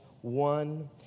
one